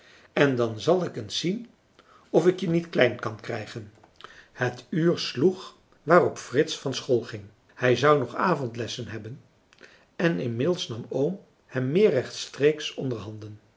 en dan zal ik eens zien of ik je niet klein kan krijgen het uur sloeg waarop frits van school ging hij zou nog avondlessen hebben en inmiddels nam oom hem meer rechtstreeks onder handen